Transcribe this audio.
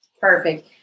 Perfect